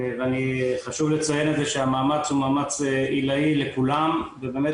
וחשוב לציין את זה שהמאמץ הוא מאמץ עילאי לכולם ובאמת